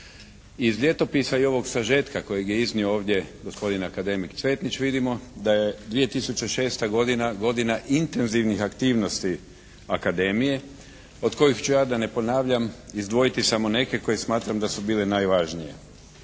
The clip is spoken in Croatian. Iz ljetopisa i ovog sažetka koji je iznio ovdje gospodin akademik Cvetnić vidimo da je 2006. godina, godina intenzivnih aktivnosti Akademije, od kojih ću ja da ne ponavljam izdvojiti samo neke koje smatram da su bile najvažnije.